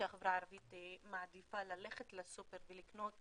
שהחברה הערבית מעדיפה ללכת לסופר ולקנות,